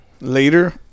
later